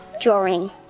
Drawing